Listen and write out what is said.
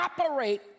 operate